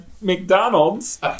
McDonald's